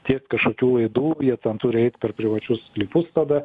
tiest kažkokių laidų jie ten turi eit per privačius sklypus tada